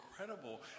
incredible